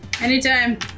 Anytime